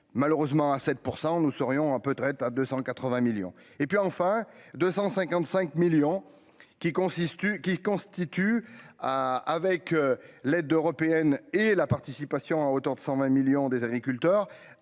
malheureusement à 7 % nous serions un peu traite à 280 millions et puis enfin 255 millions qui consiste, qui constitue avec l'aide européenne et la participation à hauteur de 120 millions des agriculteurs